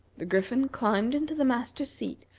the griffin climbed into the master's seat,